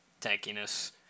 tankiness